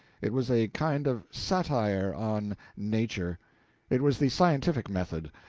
it was a kind of satire on nature it was the scientific method,